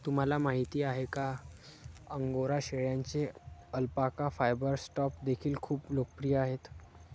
तुम्हाला माहिती आहे का अंगोरा शेळ्यांचे अल्पाका फायबर स्टॅम्प देखील खूप लोकप्रिय आहेत